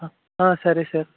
ఆ ఆ సరే సార్